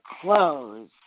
clothes